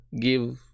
give